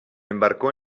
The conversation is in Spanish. embarcó